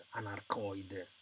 anarcoide